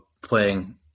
playing